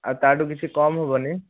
ଆଉ ତାଠୁ କିଛି କମ୍ ହେବନି